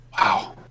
Wow